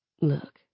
look